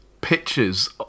pictures